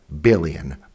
billion